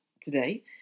today